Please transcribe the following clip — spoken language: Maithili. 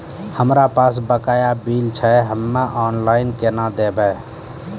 हमरा पास बकाया बिल छै हम्मे ऑनलाइन केना देखबै?